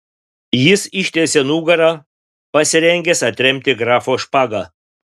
jis ištiesė nugarą pasirengęs atremti grafo špagą